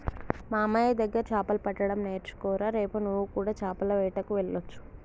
మామయ్య దగ్గర చాపలు పట్టడం నేర్చుకోరా రేపు నువ్వు కూడా చాపల వేటకు వెళ్లొచ్చు